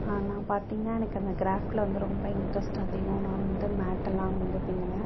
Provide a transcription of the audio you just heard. ஆ நான் பார்த்தீங்கன்னா எனக்கு அந்த க்ராஃப்டில் வந்து ரொம்ப இன்ட்ரெஸ்ட் அதிகம் நான் வந்து மேட்டெல்லாம் வந்து பின்னுவேன்